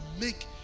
make